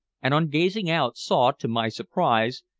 and on gazing out saw, to my surprise,